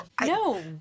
No